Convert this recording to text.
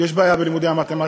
יש בעיה בלימודי המתמטיקה.